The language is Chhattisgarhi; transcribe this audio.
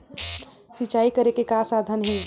सिंचाई करे के का साधन हे?